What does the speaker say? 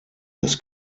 des